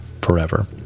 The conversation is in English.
forever